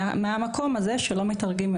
מהמקום הזה שלא מתרגמים,